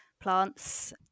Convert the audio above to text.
plants